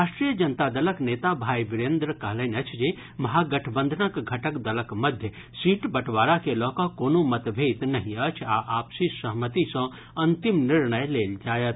राष्ट्रीय जनता दलक नेता भीई वीरेन्द्र कहलनि अछि जे महागठबंधनक घटक दलक मध्य सीट बंटवारा के लऽ कऽ कोनो मतभेद नहि अछि आ आपसी सहमति सँ अंतिम निर्णय लेल जायत